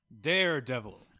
Daredevil